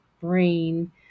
brain